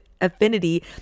affinity